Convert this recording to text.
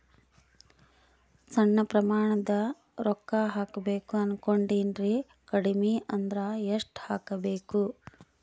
ಸಣ್ಣ ಪ್ರಮಾಣದ ರೊಕ್ಕ ಹಾಕಬೇಕು ಅನಕೊಂಡಿನ್ರಿ ಕಡಿಮಿ ಅಂದ್ರ ಎಷ್ಟ ಹಾಕಬೇಕು?